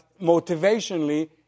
motivationally